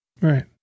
Right